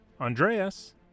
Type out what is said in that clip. Andreas